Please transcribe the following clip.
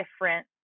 different